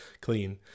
clean